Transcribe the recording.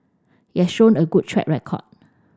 it has shown a good track record